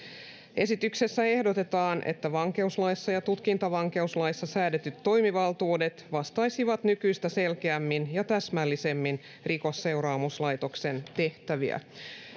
esityksessä ehdotetaan että vankeuslaissa ja tutkintavankeuslaissa säädetyt toimivaltuudet vastaisivat nykyistä selkeämmin ja täsmällisemmin rikosseuraamuslaitoksen tehtäviä